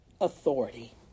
authority